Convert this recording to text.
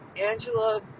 Angela